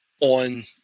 on